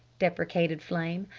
deprecated flame,